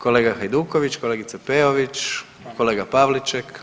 Kolega Hajduković, kolegica Peović, kolega Pavliček.